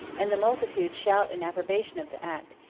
and the multitude shout in approbation of the act,